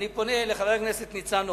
אני פונה אל חבר הכנסת ניצן הורוביץ,